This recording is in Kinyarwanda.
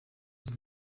iki